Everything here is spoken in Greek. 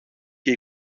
και